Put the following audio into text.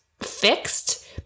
fixed